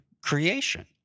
creation